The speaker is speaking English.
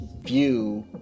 view